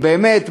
באמת,